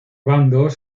bandos